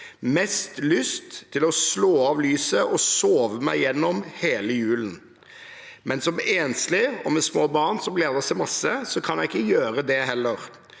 Mest lyst til å slå av lyset, å sove meg gjennom hele julen. Men som enslig og med små barn som gleder seg masse så kan jeg ikke gjøre det heller.